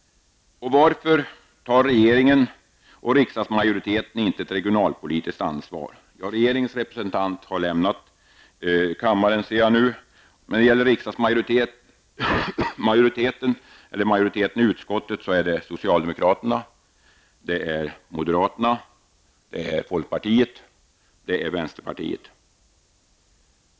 Varför tar regeringen och riksdagsmajoriteten inte ett regionalpolitiskt ansvar? Regeringens representant har lämnat kammaren. Utskottsmajoriteten består av socialdemokrater, moderater, folkpartiet och vänsterpartiet.